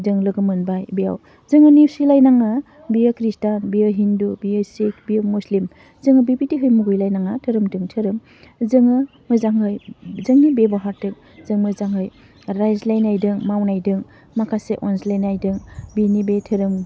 जों लोगो मोनबाय बेयाव जोङो नेवसिलायनाङा बियो खृष्टान बेयो हिन्दु बेयो सिक बेयो मुस्लिम जोङो बेबायदिहाय मुगैलायनाङा धोरोमजों धोरोम जोङो मोजाङै जोंनि बेबहारजों जों मोजाङै रायज्लायनायदों मावनायदों माखासे अनज्लायनायदों बेनि बे धोरोम